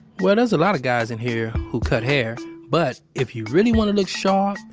well, there's a lot of guys in here who cut hair, but, if you really want to look sharp,